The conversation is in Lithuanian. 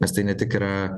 nes tai ne tik yra